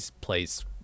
plays